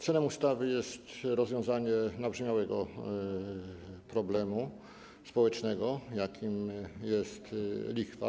Celem ustawy jest rozwiązanie nabrzmiałego problemu społecznego, jakim jest lichwa.